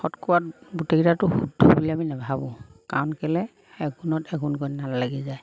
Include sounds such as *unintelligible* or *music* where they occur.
*unintelligible* গোটেইকেইটাটো শুদ্ধ বুলি আমি নাভাবোঁ কাৰণ কেলে *unintelligible* লাগি যায়